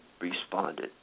responded